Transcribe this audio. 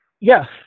Yes